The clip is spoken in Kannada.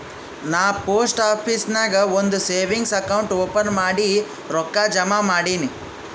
ನಾ ಪೋಸ್ಟ್ ಆಫೀಸ್ ನಾಗ್ ಒಂದ್ ಸೇವಿಂಗ್ಸ್ ಅಕೌಂಟ್ ಓಪನ್ ಮಾಡಿ ರೊಕ್ಕಾ ಜಮಾ ಮಾಡಿನಿ